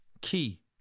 key